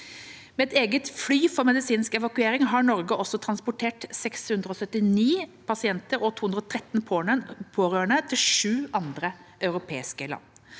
Med et eget fly for medisinsk evakuering har Norge også transportert 679 pasienter og 213 pårørende til sju andre europeiske land.